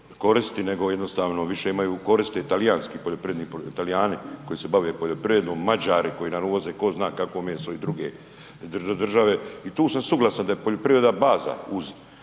koristiti nego jednostavno više imaju koristi talijanski, Talijani koji se bave poljoprivredom, Mađari koji nam uvoze ko zna kakvo meso i dr. države i tu sam suglasan da je poljoprivreda baza uz